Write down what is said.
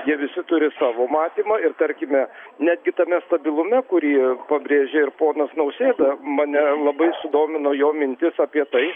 jie visi turi savo matymą ir tarkime netgi tame stabilume kurį pabrėžė ir ponas nausėda mane labai sudomino jo mintis apie tai